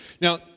Now